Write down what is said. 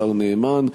השר נאמן,